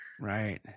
Right